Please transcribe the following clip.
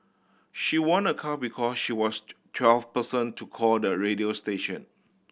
she won a car because she was the twelfth person to call the radio station